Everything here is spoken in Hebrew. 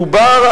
מדובר,